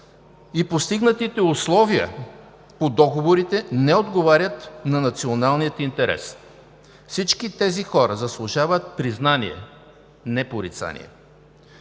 и постигнатите условия по договорите не отговарят на националния интерес. Всички тези хора заслужват признание, а не порицание.